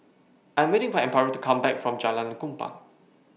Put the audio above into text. I Am waiting For Amparo to Come Back from Jalan Kupang